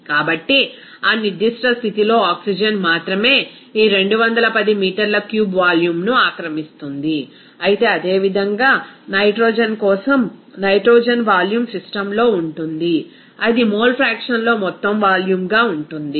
కాబట్టి ఆ నిర్దిష్ట స్థితిలో ఆక్సిజన్ మాత్రమే ఈ 210 మీటర్ల క్యూబ్ వాల్యూమ్ను ఆక్రమిస్తుంది అయితే అదే విధంగా నైట్రోజన్ కోసం నైట్రోజన్ వాల్యూమ్ సిస్టమ్లో ఉంటుంది అది మోల్ ఫ్రాక్షన్ లో మొత్తం వాల్యూమ్గా ఉంటుంది